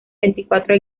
veinticuatro